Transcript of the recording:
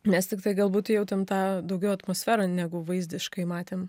mes tiktai galbūt jautėm tą daugiau atmosferą negu vaizdiškai matėm